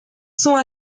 sont